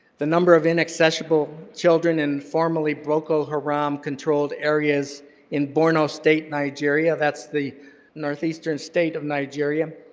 the number of inaccessible children in formally boko haram controlled areas in borno state, nigeria, that's the northeastern state of nigeria,